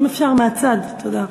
אם אפשר מהצד, תודה.